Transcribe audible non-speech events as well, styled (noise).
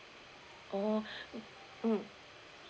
oh (breath) mm